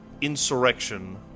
insurrection